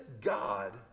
God